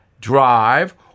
drive